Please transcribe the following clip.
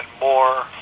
more